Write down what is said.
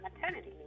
maternity